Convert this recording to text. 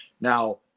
Now